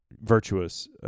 virtuous